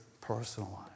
personalized